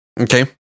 okay